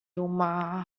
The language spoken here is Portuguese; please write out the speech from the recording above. uma